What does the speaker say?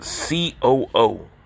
COO